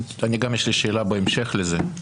יש לי גם שאלה בהמשך לזה.